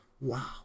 wow